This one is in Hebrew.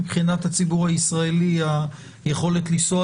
מבחינת הציבור הישראלי היכולת לנסוע